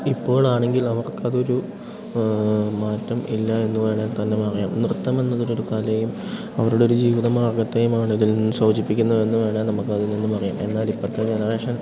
ഇപ്പോളാണെങ്കിൽ അവർക്കതൊരു മാറ്റം ഇല്ല എന്നു വേണേൽ തന്നെ പറയാം നൃത്തം എന്നതൊരു കലയും അവരുടെയൊരു ജീവിതമാർഗ്ഗത്തെയുമാണ് ഇതിൽ നിന്നു സൂചിപ്പിക്കുന്നത് എന്നു വേണം നമുക്കതിൽ നിന്നു അറിയാം എന്നാൽ ഇപ്പോഴത്തെ ജനറേഷൻ